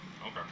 Okay